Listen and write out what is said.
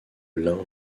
l’un